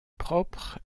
propre